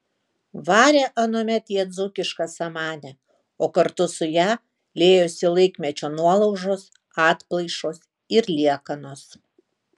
varė anuomet jie dzūkišką samanę o kartu su ja liejosi laikmečio nuolaužos atplaišos ir liekanos